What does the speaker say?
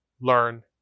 learn